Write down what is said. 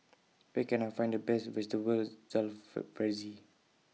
Where Can I Find The Best Vegetables Jalfrezi